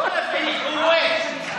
מי זה הרב מערלוי?